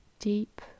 deep